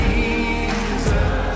Jesus